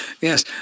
Yes